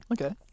okay